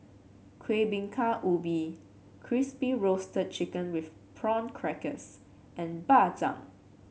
Kueh Bingka Ubi Crispy Roasted Chicken with Prawn Crackers and Bak Chang